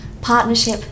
partnership